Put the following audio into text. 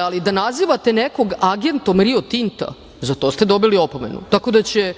ali da nazivate nekoga agentom „Rio Tinta“ za to ste dobili opomenu, tako da će